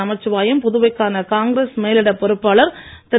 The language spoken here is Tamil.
நமச்சிவாயம் புதுவைக்கான காங்கிரஸ் மேலிட பொறுப்பாளர் திரு